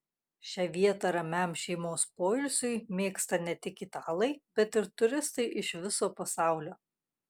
šią vietą ramiam šeimos poilsiui mėgsta ne tik italai bet ir turistai iš viso pasaulio